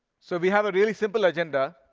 so we have a really simple agenda.